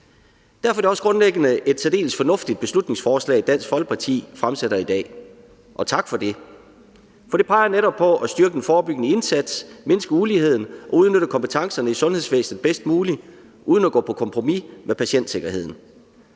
Derfor er det også grundlæggende et særdeles fornuftigt beslutningsforslag, Dansk Folkeparti har sat til forhandling i dag – og tak for det. For det peger netop på at styrke den forebyggende indsats, mindske uligheden og udnytte kompetencerne i sundhedsvæsenet bedst muligt uden at gå på kompromis med patientsikkerheden.